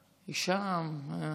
היא שם.